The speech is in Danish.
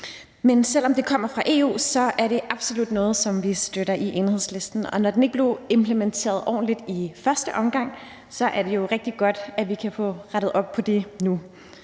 men selv om det kommer fra EU, er det absolut noget, som vi støtter i Enhedslisten. Når det ikke blev implementeret ordentligt i første omgang, er det jo rigtig godt, at vi kan få rettet op på det nu.